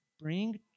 bring